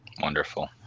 Wonderful